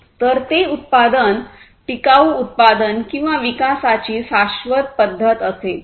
तर ते उत्पादन टिकाऊ उत्पादन किंवा विकासाची शाश्वत पद्धत असेल